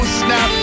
snap